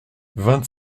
vingt